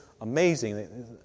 amazing